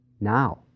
now